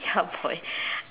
ya boy